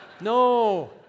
no